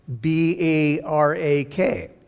B-A-R-A-K